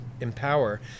empower